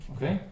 Okay